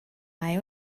mai